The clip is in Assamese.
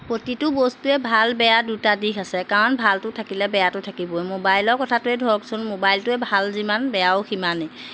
প্ৰতিটো বস্তুৱে ভাল বেয়া দুটা দিশ আছে কাৰণ ভালটো থাকিলে বেয়াটো থাকিবই মোবাইলৰ কথাটোৱেই ধৰকচোন মোবাইলটোৱে ভাল যিমান বেয়াও সিমানেই